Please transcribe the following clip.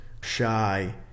shy